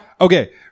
Okay